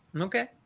Okay